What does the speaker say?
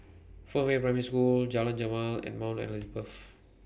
Fernvale Primary School Jalan Jamal and Mount Elizabeth